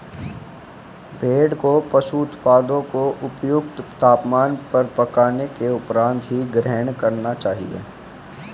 भेड़ को पशु उत्पादों को उपयुक्त तापमान पर पकाने के उपरांत ही ग्रहण करना चाहिए